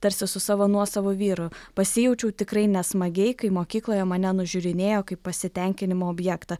tarsi su savo nuosavu vyru pasijaučiau tikrai nesmagiai kai mokykloje mane nužiūrinėjo kaip pasitenkinimo objektą